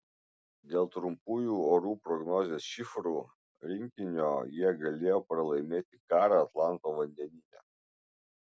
dėl trumpųjų orų prognozės šifrų rinkinio jie galėjo pralaimėti karą atlanto vandenyne